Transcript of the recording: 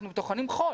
אנחנו טוחנים חול.